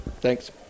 Thanks